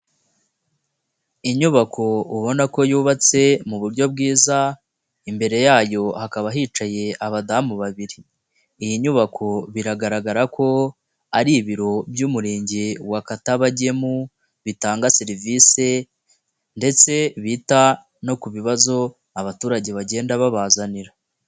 Inyubako ubona ko yubatse mu buryo bwiza, imbere yayo hakaba hicaye abadamu babiri, iyi nyubako biragaragara ko ari ibiro by'Umurenge wa Katabagemu bitanga serivisi ndetse bita no ku bibazo abaturage bagenda babazanira.